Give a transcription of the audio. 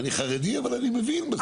אני חרדי, אבל אני מבין בסוף.